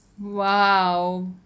Wow